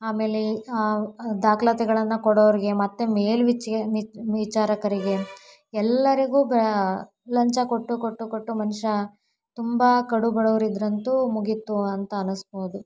ಆಮೇಲೆ ದಾಖಲಾತಿಗಳನ್ನ ಕೊಡೊವ್ರಿಗೆ ಮತ್ತು ಮೇಲೆ ವಿಚ್ ವಿಚಾರಕರಿಗೆ ಎಲ್ಲರಿಗೂ ಲಂಚ ಕೊಟ್ಟು ಕೊಟ್ಟು ಕೊಟ್ಟು ಮನುಷ್ಯ ತುಂಬ ಕಡು ಬಡವರಿದ್ದರಂತೂ ಮುಗಿಯಿತು ಅಂತ ಅನ್ನಿಸ್ಬೌದು